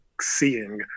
seeing